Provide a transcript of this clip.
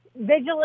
vigilant